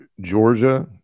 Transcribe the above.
Georgia